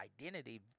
identity